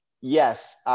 yes